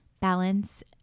Balance